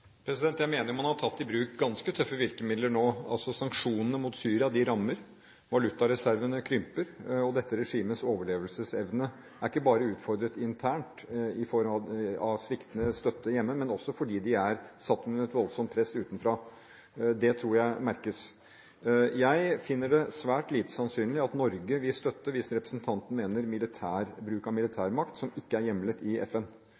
Jeg mener man har tatt i bruk ganske tøffe virkemidler nå. Sanksjonene mot Syria rammer. Valutareservene krymper, og dette regimets overlevelsesevne er ikke bare utfordret internt i form av sviktende støtte hjemme, men også fordi det er satt under et voldsomt press utenfra. Det tror jeg merkes. Jeg finner det svært lite sannsynlig at Norge vil støtte bruk av militærmakt – hvis det er det representanten Høglund mener – som ikke er hjemlet i FN.